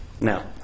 Now